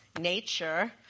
nature